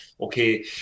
okay